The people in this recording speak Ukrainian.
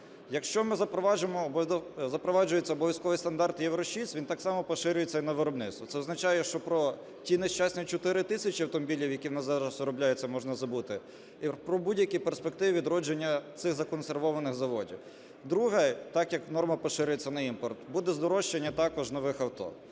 Якщо запроваджується обов'язковий стандарт "Євро-6", він так само поширюється і на виробництво. Це означає, що про ті нещасні 4 тисячі автомобілів, які у нас зараз виробляються, можна забути і про будь-яку перспективу відродження цих законсервованих заводів. Друге. Так як норма поширюється на імпорт, буде здорожчання також нових авто.